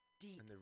deep